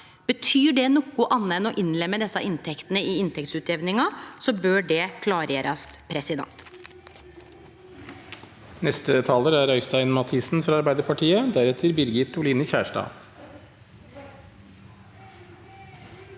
Betyr det noko anna enn å innlemme desse inntektene i inntektsutjamninga, bør det klargjerast.